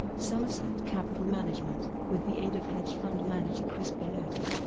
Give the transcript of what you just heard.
somerset capital management, with the aid of hedge fund manager crispin odey.